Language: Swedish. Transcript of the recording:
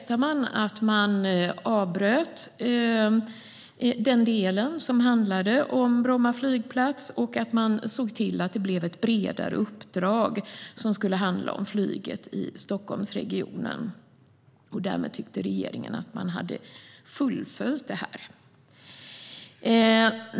Man berättade att man hade avbrutit den del som handlade om Bromma flygplats och sett till att det blev ett bredare uppdrag som skulle handla om flyget i Stockholmsregionen. Därmed tyckte regeringen att man hade fullföljt det hela.